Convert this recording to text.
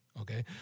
Okay